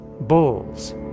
bulls